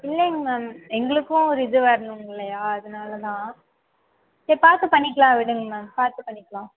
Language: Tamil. இல்லைங்க மேம் எங்களுக்கும் ஒரு இது வரணும் இல்லையா அதனால் தான் சரி பார்த்து பண்ணிக்கலாம் விடுங்க மேம் பார்த்து பண்ணிக்கலாம்